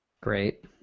Great